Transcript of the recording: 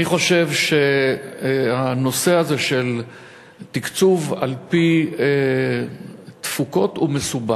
אני חושב שהנושא הזה של תקצוב על-פי תפוקות הוא מסובך,